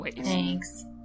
Thanks